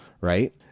right